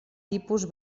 tipus